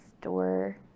store